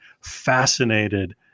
fascinated